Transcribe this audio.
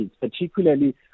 particularly